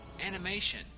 animation